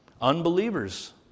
Unbelievers